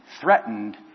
threatened